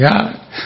God